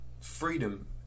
freedom